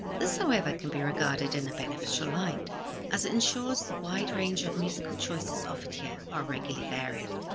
this, however, can be regarded in a beneficial light as it ensures the wide range of musical choices offered here are regularly varied.